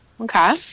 Okay